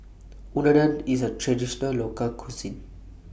Unadon IS A Traditional Local Cuisine